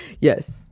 yes